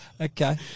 Okay